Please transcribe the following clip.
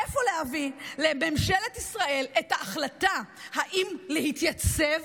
איפה להביא לממשלת ישראל את ההחלטה אם להתייצב